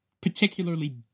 particularly